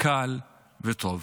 קל וטוב.